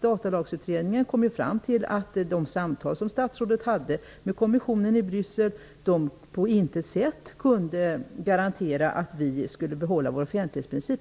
Datalagsutredningen kom dock fram till att de samtal som statsrådet hade med kommissionen i Bryssel på intet sätt garanterade att Sverige skulle komma att behålla sin offentlighetsprincip.